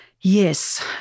Yes